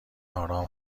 آرام